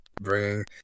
bringing